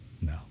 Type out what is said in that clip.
No